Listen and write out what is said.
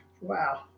Wow